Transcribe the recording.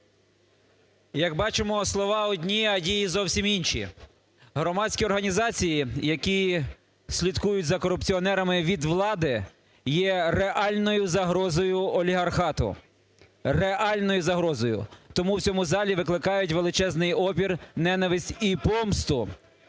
Як бачимо, слова одні, а дії зовсім інші. Громадські організації, які слідкують за корупціонерами від влади, є реальною загрозою олігархату. Реальною загрозою. Тому в цьому залі викликають величезний опір, ненависть і помсту.